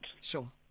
Sure